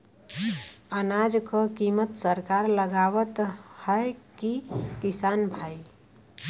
अनाज क कीमत सरकार लगावत हैं कि किसान भाई?